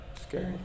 Scary